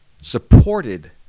supported